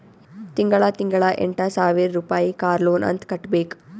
ತಿಂಗಳಾ ತಿಂಗಳಾ ಎಂಟ ಸಾವಿರ್ ರುಪಾಯಿ ಕಾರ್ ಲೋನ್ ಅಂತ್ ಕಟ್ಬೇಕ್